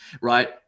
right